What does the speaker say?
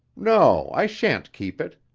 no, i shan't keep it.